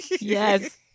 Yes